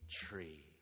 tree